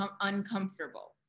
uncomfortable